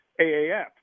AAF